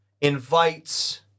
invites